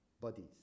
bodies